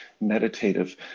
meditative